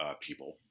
people